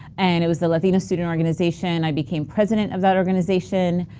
and it was the latina student organization i became president of that organization.